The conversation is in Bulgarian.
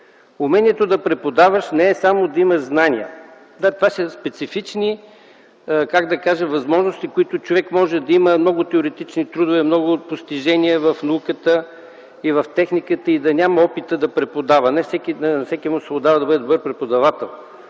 умението да преподаваш е не само да имаш знания. Както се казва, това са специфични възможности. Човек може да има много теоретични трудове, много постижения в науката и в техниката, но да няма опита да преподава. Не всекиму се отдава да бъде добър преподавател.